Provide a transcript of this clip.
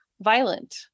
violent